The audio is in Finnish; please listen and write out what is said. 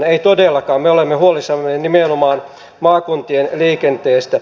ei todellakaan me olemme huolissamme nimenomaan maakuntien liikenteestä